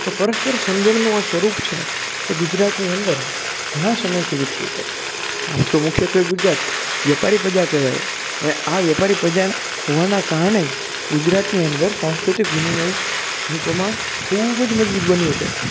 તો પરસ્પર સમજણનું આ સ્વરૂપ છે એ ગુજરાતની અંદર ઘણાં સમયથી વિકસ્યું છે આમ તો મુખ્યત્વે ગુજરાત વ્યપારી પ્રજા કહેવાય અને આ વ્યપારી પ્રજા હોવાના કારણે જ ગુજરાતની અંદર સાંસ્કૃતિક વિનિમય નું પ્રમાણ ખૂબ જ મજબૂત બન્યું છે